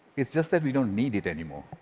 it's just that we don't need it anymore.